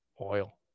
oil